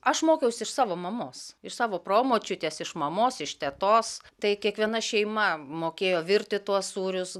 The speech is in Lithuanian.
aš mokiausi iš savo mamos iš savo promočiutės iš mamos iš tetos tai kiekviena šeima mokėjo virti tuos sūrius